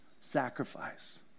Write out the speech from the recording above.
sacrifice